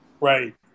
Right